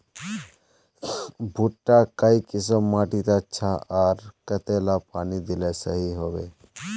भुट्टा काई किसम माटित अच्छा, आर कतेला पानी दिले सही होवा?